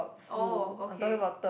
oh okay